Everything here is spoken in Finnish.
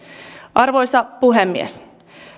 arvoisa puhemies